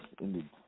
indeed